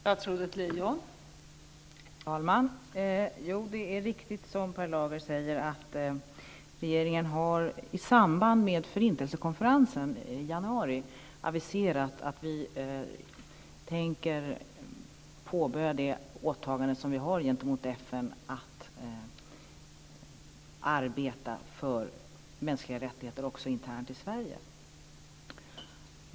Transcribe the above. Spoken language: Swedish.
Fru talman! Ja, det är riktigt som Per Lager säger. Regeringen aviserade i samband med Förintelsekonferensen i januari att den tänker påbörja det åtagande Sverige har gentemot FN att arbeta för mänskliga rättigheter också internt inom landet.